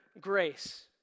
grace